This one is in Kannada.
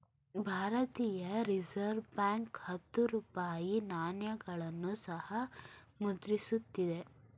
ಭಾರತೀಯ ರಿಸರ್ವ್ ಬ್ಯಾಂಕ್ ಹತ್ತು ರೂಪಾಯಿ ನಾಣ್ಯಗಳನ್ನು ಸಹ ಮುದ್ರಿಸುತ್ತಿದೆ